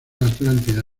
atlántida